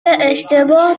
اشتباه